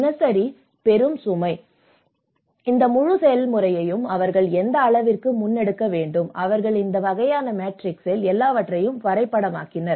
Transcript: தினசரி பெறும் சுமை இந்த முழு செயல்முறையையும் அவர்கள் எந்த அளவிற்கு முன்னெடுக்க வேண்டும் அவர்கள் இந்த வகையான மேட்ரிக்ஸில் எல்லாவற்றையும் வரைபடமாக்கினர்